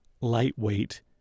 lightweight